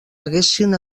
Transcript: haguessin